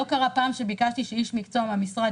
לא קרה פעם שביקשתי שאיש מקצוע מהמשרד